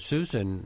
Susan